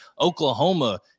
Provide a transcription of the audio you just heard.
Oklahoma